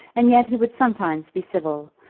and yet he would sometimes be civil,